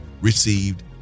received